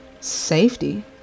safety